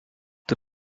the